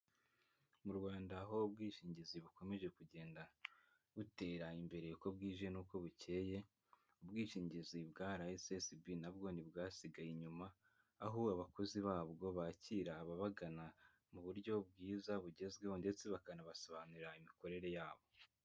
Mu Rwanda aho ubwishingizi bukomeje kugenda butera imbere ko bwije n'uko bukeye, ubwishingizi bwa RSSB na bwo ntibwasigaye inyuma, aho abakozi babwo bakira ababagana mu buryo bwiza bugezweho ndetse bakanabasobanurira imikorere yabo.